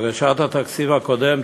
בהגשת התקציב הקודם,